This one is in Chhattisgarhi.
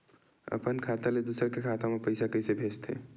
अपन खाता ले दुसर के खाता मा पईसा कइसे भेजथे?